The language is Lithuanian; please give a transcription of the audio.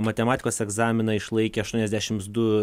matematikos egzaminą išlaikė aštuoniasdešims du